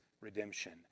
redemption